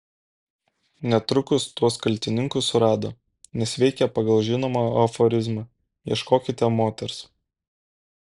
netrukus tuos kaltininkus surado nes veikė pagal žinomą aforizmą ieškokite moters